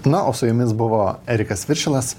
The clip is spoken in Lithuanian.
na o su jumis buvo erikas viršilas